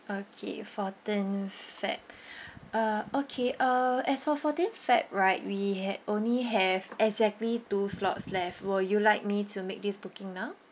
okay fourteen feb~ uh okay uh as for fourteen feb~ right we had only have exactly two slots left will you like me to make this booking now